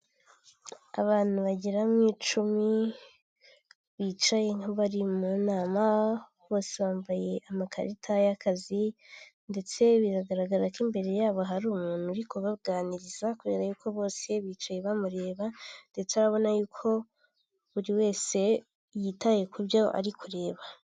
Abantu bagera mu icumi bicaye nk'abari mu nama, bose bambaye amakarita y'akazi ndetse bigaragara ko imbere yabo hari umuntu uri kubaganiriza kubera yuko bose bicaye bamureba ndetse arabona yuko buri wese yitaye ku byo ari kureba.